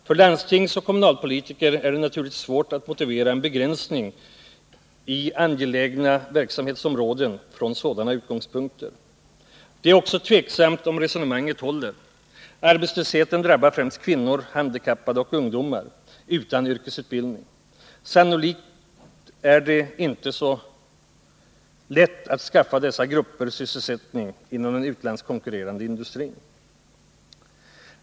För landstingsoch kommunalpolitiker är det naturligtvis svårt att från sådana utgångspunkter motivera en begränsning i angelägna verksamhetsområden. Det är också tveksamt om resonemanget håller. Arbetslösheten drabbar främst kvinnor, handikappade och ungdomar utan yrkesutbildning. Sannolikt är det inte så lätt att skaffa dessa grupper sysselsättning inom den utlandskonkurrerande industrin.